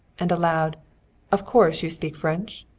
and aloud of course you speak french?